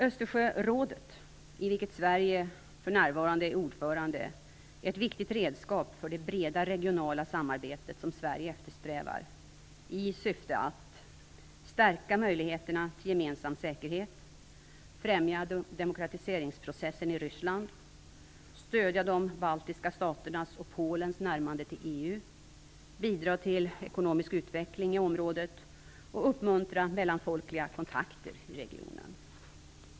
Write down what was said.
Östersjörådet, i vilket Sverige för närvarande är ordförande, är ett viktigt redskap för det breda regionala samarbete som Sverige eftersträvar i syfte att: stärka möjligheterna till gemensam säkerhet, främja demokratiseringsprocessen i Ryssland, stödja de baltiska staternas och Polens närmande till EU, bidra till ekonomisk utveckling i området och uppmuntra mellanfolkliga kontakter i regionen.